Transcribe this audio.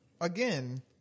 Again